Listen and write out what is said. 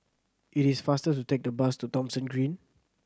it is faster to take the bus to Thomson Green